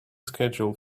schedule